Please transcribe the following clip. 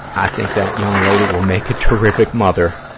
i think that young lady will make a terrific mother.